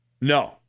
No